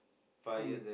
food